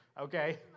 okay